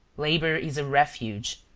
labor is a refuge,